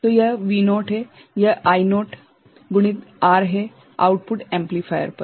तो यह V0 है यह I0 गुणित R है आउटपुट एम्पलीफायर पर